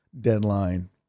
deadline